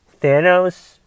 thanos